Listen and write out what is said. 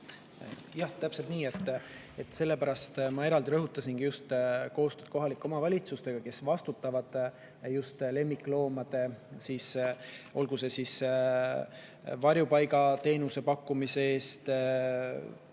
Jah, täpselt nii. Sellepärast ma eraldi rõhutasingi just koostööd kohalike omavalitsustega, kes vastutavad ka lemmikloomade eest – olgu see näiteks varjupaigateenuse pakkumine –